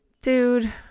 dude